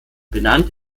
benannt